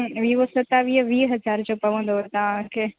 Vivo सतावीह वीह हज़ार जो पवंदो तव्हांखे